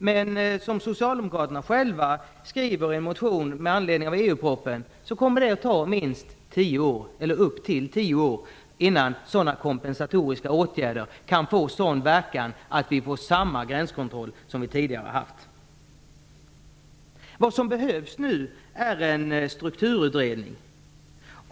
Men socialdemokraterna skriver själva i en motion med anledning av EU-propositionen att det kommer att ta uppemot tio år innan de kompensatoriska åtgärderna kan få sådan verkan att gränskontrollen blir densamma som tidigare. Vad som nu behövs är en strukturutredning.